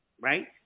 right